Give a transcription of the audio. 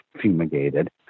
fumigated